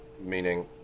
meaning